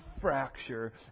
fracture